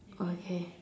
okay